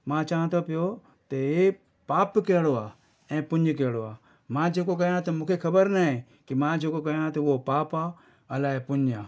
मां चवां थो पियो त इहो पाप कहिड़ो आहे ऐं पुञ कहिड़ो आहे मां जेको कयां थो मूंखे ख़बर नाहे की मां जेको कयां थो उहो पाप आहे अलाए पुञ आहे